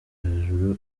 hejuru